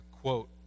quote